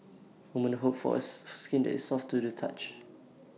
women hope for A skin that is soft to the touch